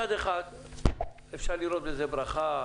אפשר לראות בזה ברכה,